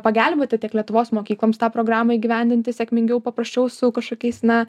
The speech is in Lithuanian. pagelbėti tiek lietuvos mokykloms tą programai įgyvendinti sėkmingiau paprasčiau su kažkokiais na